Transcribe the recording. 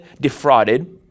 defrauded